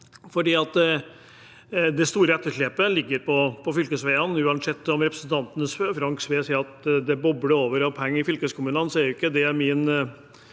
det store etterslepet ligger på fylkesveiene. Selv om representanten Frank Sve sier at det bobler over av penger i fylkeskommunene, er ikke det